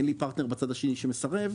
אין לי פרטנר בצד השני והוא מסרב,